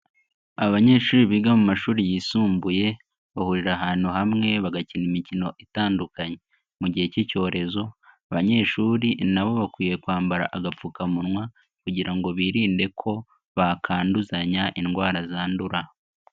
Abanyeshuri biga mu mashuri yisumbuye bahurira ahantu hamwe bagakina imikino itandukanye, mu gihe k'icyorezo abanyeshuri nabo bakwiye kwambara agapfukamunwa kugira ngo birinde ko bakanduzanya indwara zandura.